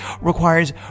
requires